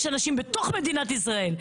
יש אנשים בתוך מדינת ישראל.